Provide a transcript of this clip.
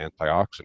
antioxidant